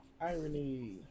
irony